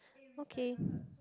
okay